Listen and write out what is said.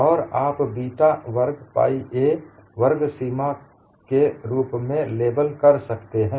और आप बीटा वर्ग पाइ a वर्ग सिग्मा के रूप में लेबल कर सकते हैं